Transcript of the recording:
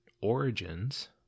origins